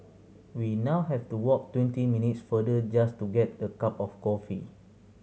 we now have to walk twenty minutes farther just to get the cup of coffee